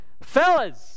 fellas